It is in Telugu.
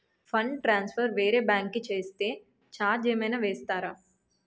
ఫండ్ ట్రాన్సఫర్ వేరే బ్యాంకు కి చేస్తే ఛార్జ్ ఏమైనా వేస్తారా?